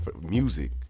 Music